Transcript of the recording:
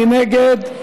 מי נגד?